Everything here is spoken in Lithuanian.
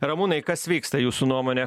ramūnai kas vyksta jūsų nuomone